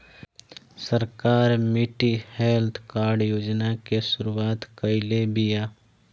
सरकार मिट्टी health card योजना के शुरूआत काइले बिआ